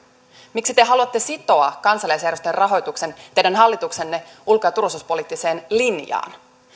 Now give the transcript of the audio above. miksi te haluatte sitoa kansalaisjärjestöjen rahoituksen teidän hallituksenne ulko ja turvallisuuspoliittiseen linjaan